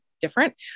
different